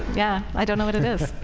yeah, i don't know what it is.